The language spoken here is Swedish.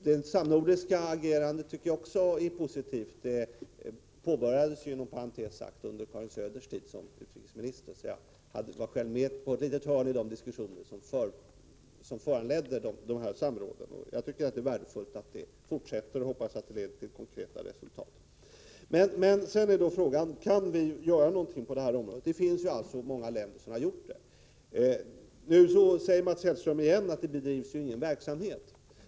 Det samnordiska agerandet är positivt. Det påbörjades, inom parentes sagt, under Karin Söders tid som utrikesminister — jag var själv med på ett litet hörn i de diskussioner som föranledde detta samråd. Det är värdefullt att det samnordiska agerandet fortsätter, och jag hoppas att det leder till konkreta resultat. Frågan är: Kan vi göra något på detta område? Många länder har vidtagit åtgärder. Mats Hellström säger att ingen verksamhet bedrivs.